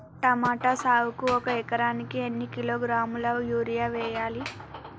Tomato సాగుకు ఒక ఎకరానికి ఎన్ని కిలోగ్రాముల యూరియా వెయ్యాలి?